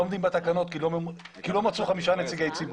עומדים בתקנות כי לא מצאו חמישה נציגי ציבור.